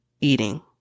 eating